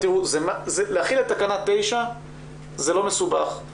תראו, להחיל את תקנה 9 זה לא מסובך.